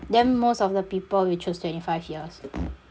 then most of the people will choose twenty five years